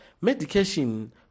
medication